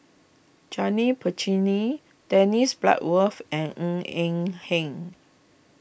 Janil Puthucheary Dennis Bloodworth and Ng Eng Hen